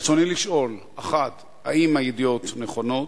רצוני לשאול: 1. האם הידיעות נכונות?